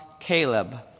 Caleb